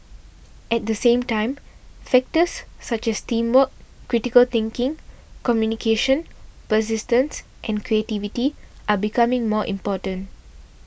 at the same time factors such as teamwork critical thinking communication persistence and creativity are becoming more important